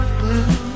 blue